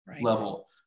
level